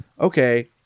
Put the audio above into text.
okay